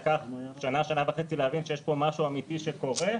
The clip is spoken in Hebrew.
לקח שנה-שנה וחצי להבין שיש פה משהו אמיתי שקורה,